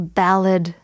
ballad